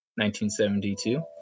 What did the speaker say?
1972